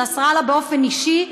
נסראללה באופן אישי,